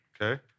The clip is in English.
Okay